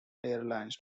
airlines